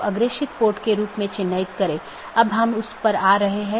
और यह मूल रूप से इन पथ विशेषताओं को लेता है